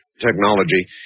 technology